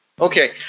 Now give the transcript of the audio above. Okay